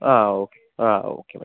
ആ ഓക്കെ ആ okay madam